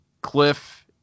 cliff